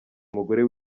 umugore